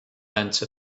enter